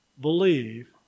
believe